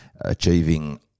achieving